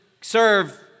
serve